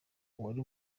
uwari